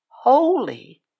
Holy